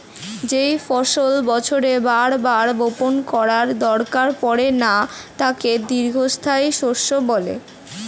যেই ফসল বছরে বার বার বপণ করার দরকার পড়ে না তাকে দীর্ঘস্থায়ী শস্য বলে